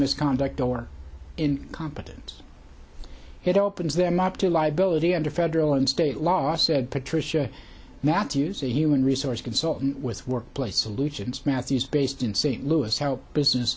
misconduct or incompetence it opens them up to liability under federal and state law said patricia matthews a human resource consultant with workplace solutions matthews based in st louis how business